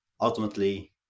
ultimately